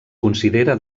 considera